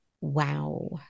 Wow